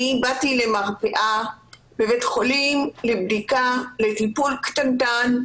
אני באתי למרפאה בבית חולים לטיפול קטנטן.